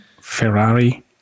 Ferrari